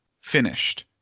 finished